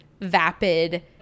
vapid